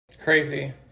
crazy